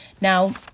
Now